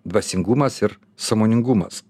dvasingumas ir sąmoningumas